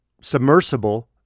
submersible